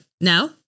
now